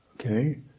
okay